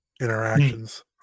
interactions